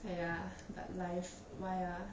!aiya! but life why uh